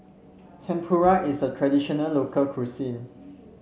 tempura is a traditional local cuisine